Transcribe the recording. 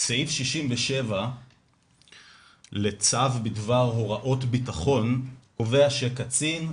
סעיף 67 לצו בדבר הוראות ביטחון קובע שקצין,